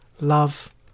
love